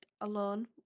alone